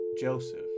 Joseph